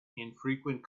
infrequent